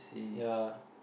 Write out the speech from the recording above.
yep